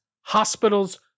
hospitals